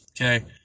Okay